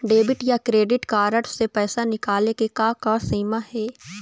Debit या credit card से पैसा निकाले के का सीमा हे?